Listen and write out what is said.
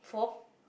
for